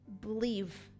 Believe